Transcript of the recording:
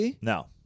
No